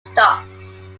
stops